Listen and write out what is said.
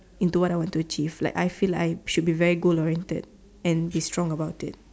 into what I want to achieve like I feel like I should be very good oriented and be strong about it